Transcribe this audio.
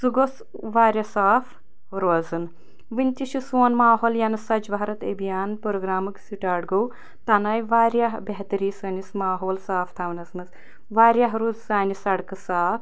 سُہ گوٚژھ واریاہ صاف روزُن وُنہِ تہِ چھُ سون ماحول یَنہ سُۄچھ بھارت ابھیان پرٛوگرٛامُک سِٹارٹ گوٚو تَنہ آیہِ واریاہ بہتری سٲنِس ماحول صاف تھاونَس مَنٛز واریاہ روٗد سانہِ سَڑکہٕ صاف